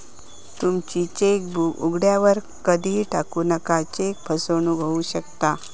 तुमची चेकबुक उघड्यावर कधीही टाकू नका, चेक फसवणूक होऊ शकता